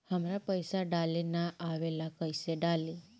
हमरा पईसा डाले ना आवेला कइसे डाली?